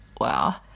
wow